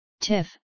Tiff